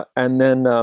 and then,